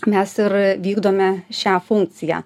mes ir vykdome šią funkciją